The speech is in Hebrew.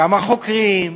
גם החוקרים,